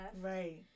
Right